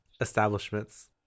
establishments